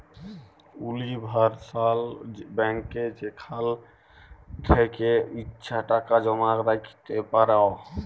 universal ব্যাংকে যেখাল থ্যাকে ইছা টাকা জমা রাইখতে পার